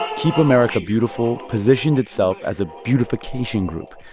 keep america beautiful positioned itself as a beautification group.